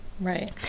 right